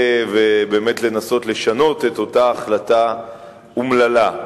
ובאמת לנסות לשנות את אותה החלטה אומללה.